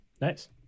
Nice